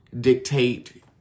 dictate